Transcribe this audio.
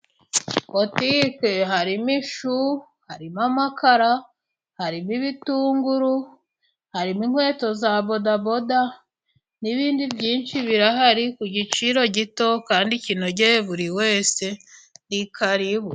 Botike harimo ishu, harimo amakara, hari ibitunguru, harimo inkweto za bodaboda n'ibindi byinshi birahari ku giciro gito kandi kinogeye buri wese i karibu.